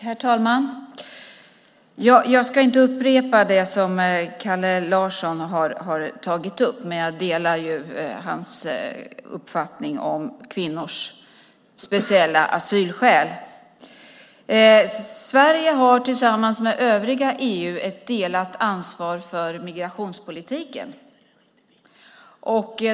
Herr talman! Jag ska inte upprepa det som Kalle Larsson har tagit upp, men jag delar hans uppfattning om kvinnors speciella asylskäl. Sverige har tillsammans med övriga EU ett delat ansvar för migrationspolitiken.